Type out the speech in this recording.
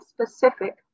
specific